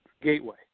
gateway